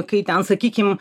kai ten sakykim